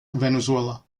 venezuela